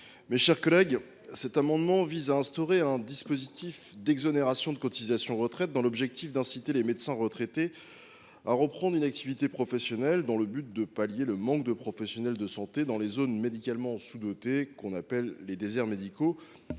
M. Aymeric Durox. Cet amendement vise à instaurer un dispositif d’exonération de cotisation de retraite permettant d’inciter les médecins retraités à reprendre une activité professionnelle, dans le but de pallier le manque de professionnels de santé dans les zones médicalement sous dotées, aussi appelées déserts médicaux.